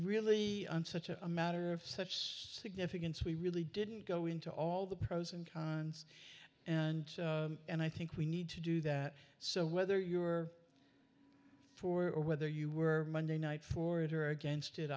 really on such a matter of such significance we really didn't go into all the pros and cons and and i think we need to do that so whether you were for or whether you were monday night for it or against it